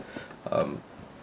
um